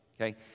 Okay